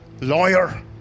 Lawyer